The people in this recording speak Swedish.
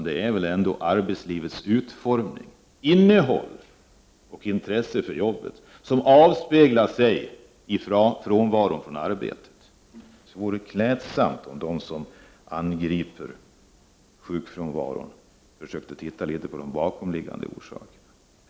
Det är väl ändå arbetslivets utformning och innehåll och intresset för jobbet som avspeglar sig i frånvaron från arbetet. Det vore klädsamt om de som angriper sjukfrånvaron försökte se litet till de bakomliggande orsakerna.